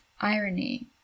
irony